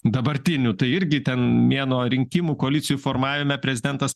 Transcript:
dabartinių tai irgi ten mėnuo rinkimų koalicijų formavime prezidentas